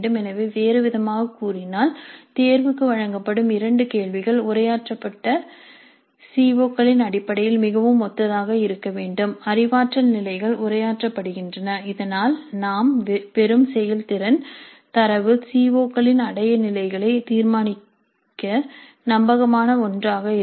எனவே வேறுவிதமாகக் கூறினால் தேர்வுக்கு வழங்கப்படும் 2 கேள்விகள் உரையாற்றப்பட்ட சிஓகளின் அடிப்படையில் மிகவும் ஒத்ததாக இருக்க வேண்டும் அறிவாற்றல் நிலைகள் உரையாற்றப்படுகின்றன இதனால் நாம் பெறும் செயல்திறன் தரவு சிஓ களின் அடைய நிலைகளை தீர்மானிக்க நம்பகமான ஒன்றாக இருக்கும்